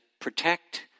protect